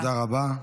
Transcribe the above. תודה רבה.